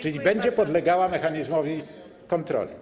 Czyli będzie podlegała mechanizmowi kontroli.